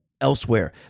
elsewhere